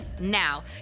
now